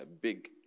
big